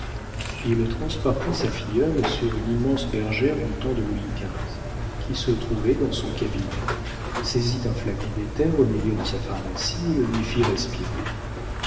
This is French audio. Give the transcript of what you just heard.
il transporta sa filleule sur une immense bergère du temps de louis xv qui se trouvait dans son cabinet saisit un flacon d'éther au milieu de sa pharmacie et le lui fit respirer